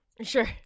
Sure